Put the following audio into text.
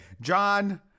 John